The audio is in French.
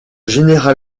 général